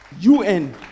UN